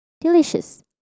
delicious